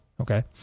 okay